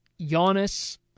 Giannis